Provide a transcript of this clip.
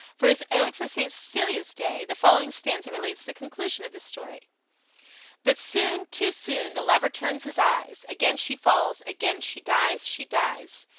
for his ode for st. cecilia's day the following stanza relates the conclusion of the story but soon, too soon the lover turns his eyes again she falls, again she dies, she dies!